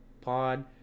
Pod